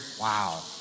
Wow